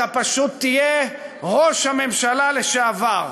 אתה פשוט תהיה ראש הממשלה לשעבר.